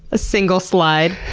a single slide.